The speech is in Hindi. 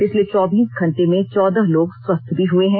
पिछले चौबीस घंटे में चौदह लोग स्वस्थ भी हुए हैं